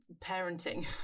parenting